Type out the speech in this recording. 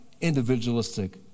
individualistic